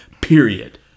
Period